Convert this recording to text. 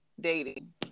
dating